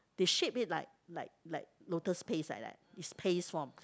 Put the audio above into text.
they shape it like like like lotus paste like that it's paste form